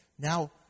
Now